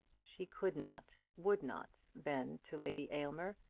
she could not, would not, bend to lady aylmer,